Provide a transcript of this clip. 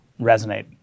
resonate